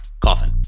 Coffin